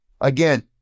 Again